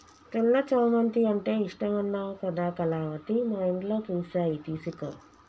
తెల్ల చామంతి అంటే ఇష్టమన్నావు కదా కళావతి మా ఇంట్లో పూసాయి తీసుకో